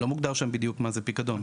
לא מוגדר שם בדיוק מה זה פיקדון,